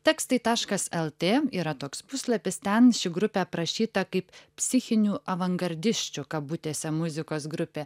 tekstai taškas lt yra toks puslapis ten ši grupė aprašyta kaip psichinių avangardisčių kabutėse muzikos grupė